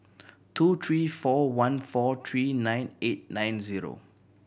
two three four one four three nine eight nine zero